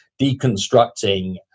deconstructing